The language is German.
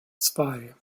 zwei